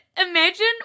imagine